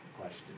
question